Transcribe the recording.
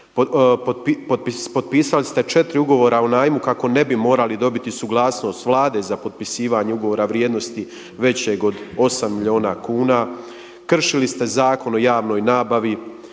Potpisali ste 4 ugovora o najmu kako ne bi morali dobiti suglasnost Vlade za potpisivanje ugovora vrijednosti većeg od 8 milijuna kuna, kršili ste Zakon o javnoj nabavi.